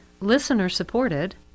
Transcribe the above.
listener-supported